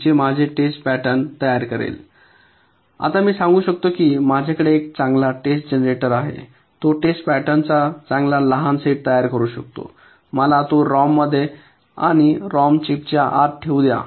जो माझे test pattern तयार करेल आता मी सांगू शकतो की माझ्याकडे एक चांगला टेस्ट जनरेटर आहे तो टेस्ट पॅटर्नचा चांगला लहान सेट तयार करू शकतो मला तो रॉममध्ये आणि रॉम चिपच्या आत ठेवू द्या